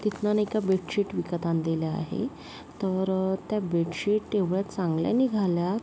तिथनं नाही का बेडशीट विकत आणलेल्या आहे तर त्या बेडशीट एवढ्या चांगल्या निघाल्या